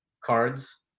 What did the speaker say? cards